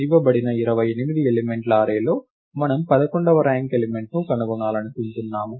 ఇవ్వబడిన 28 ఎలిమెంట్ల అర్రేలో మనము పదకొండవ ర్యాంక్ ఎలిమెంట్ ను కనుగొనాలనుకుంటున్నాము